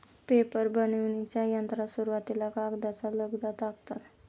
paper बनविण्याच्या यंत्रात सुरुवातीला कागदाचा लगदा टाकतात